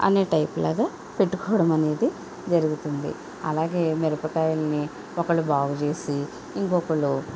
అనే టైప్లాగా పెట్టుకోవడం అనేది జరుగుతుంది అలాగే మిరపకాయలను ఒకళ్ళు బాగు చేసి ఇంకొకళ్ళు